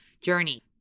journey